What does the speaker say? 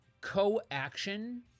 co-action